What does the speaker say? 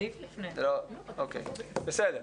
בסדר.